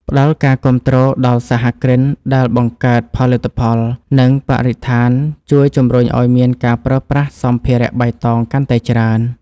ផ្ដល់ការគាំទ្រដល់សហគ្រិនដែលបង្កើតផលិតផល នឹងបរិស្ថានជួយជំរុញឱ្យមានការប្រើប្រាស់សម្ភារបៃតងកាន់តែច្រើន។